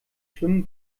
schwimmen